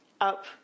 up